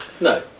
No